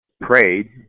prayed